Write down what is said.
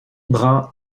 brun